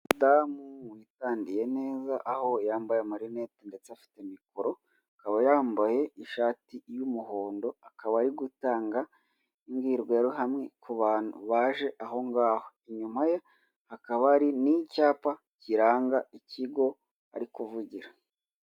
Umudamu witandiyeye neza aho yambaye amarinete ndetse afite mikoro akaba yambaye ishati y'umuhondo akaba ari gutanga imbwirwaruhame ku bantu baje aho ngaho inyuma ye hakaba hari n'icyapa kiranga ikigo ari kuvugira.